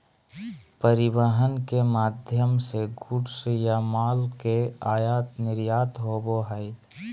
परिवहन के माध्यम से गुड्स या माल के आयात निर्यात होबो हय